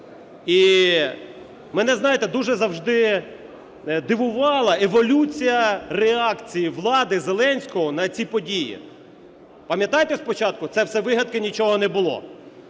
Мене, знаєте, дуже завжди дивувала еволюція реакції влади Зеленського на ці події. Пам'ятаєте, спочатку: це все вигадки, нічого не було.